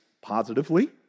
positively